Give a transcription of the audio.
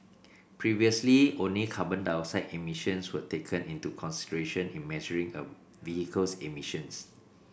previously only carbon dioxide emissions were taken into consideration in measuring a vehicle's emissions